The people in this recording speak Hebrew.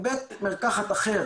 ובית מרקחת אחר